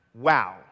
Wow